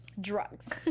Drugs